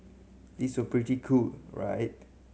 these were pretty cool right